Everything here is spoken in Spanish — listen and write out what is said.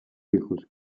hijos